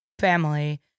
family